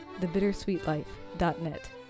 thebittersweetlife.net